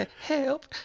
Help